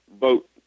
vote